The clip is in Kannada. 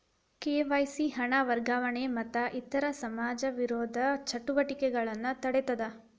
ಕೆ.ವಾಯ್.ಸಿ ಹಣ ವರ್ಗಾವಣೆ ಮತ್ತ ಇತರ ಸಮಾಜ ವಿರೋಧಿ ಚಟುವಟಿಕೆಗಳನ್ನ ತಡೇತದ